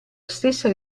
stessa